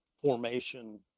formation